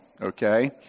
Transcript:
okay